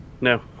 No